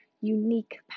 unique